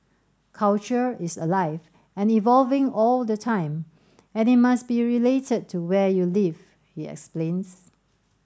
culture is alive and evolving all the time and it must be related to where you live he explains